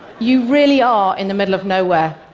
you really are in the middle of nowhere.